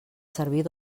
servir